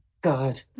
God